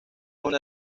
una